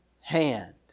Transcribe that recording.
hand